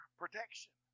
protection